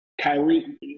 Kyrie